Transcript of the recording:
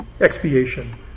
Expiation